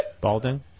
balding